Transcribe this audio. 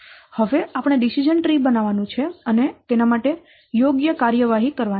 તેથી હવે આપણે ડીસીઝન ટ્રી બનાવવાનું છે અને તેના માટે યોગ્ય કાર્યવાહી કરવાની છે